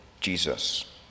Jesus